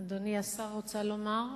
אדוני השר, רוצה לומר,